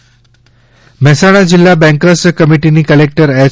નાબાર્ડ મહેસાણા જિલ્લા બેન્કર્સ કમીટીની collector H